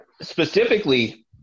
Specifically